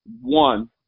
one